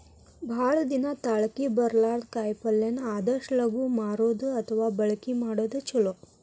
ಭಾಳ ದಿನಾ ತಾಳಕಿ ಬರ್ಲಾರದ ಕಾಯಿಪಲ್ಲೆನ ಆದಷ್ಟ ಲಗು ಮಾರುದು ಅಥವಾ ಬಳಕಿ ಮಾಡುದು ಚುಲೊ